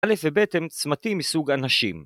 אלף ובט הם צמתים מסוג אנשים